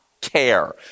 care